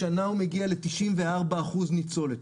השנה הוא מגיע ל-94% ניצולת.